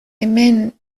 hemen